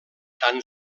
tan